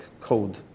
code